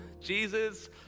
Jesus